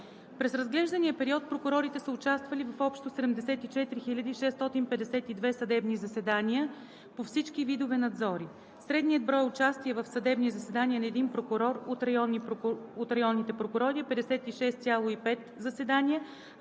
През разглеждания период прокурорите са участвали в общо 74 652 съдебни заседания по всички видове надзори. Средният брой участия в съдебни заседания на един прокурор от районните прокурори е 56,5 заседания,